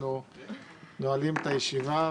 אנחנו נועלים את הישיבה.